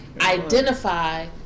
identify